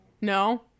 no